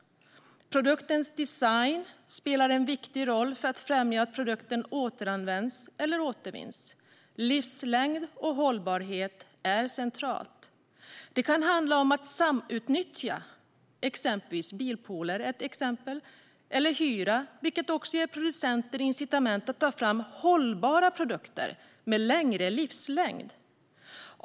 Produktens design spelar en viktig roll för att främja att den återanvänds eller återvinns. Livslängd och hållbarhet är centralt. Det kan handla om att samutnyttja, som exempelvis i bilpooler, eller hyra, vilket också ger producenter incitament att ta fram hållbara produkter med längre livslängd.